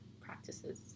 practices